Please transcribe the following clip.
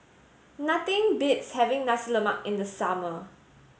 nothing beats having Nasi Lemak in the summer